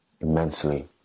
immensely